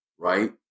right